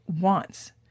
wants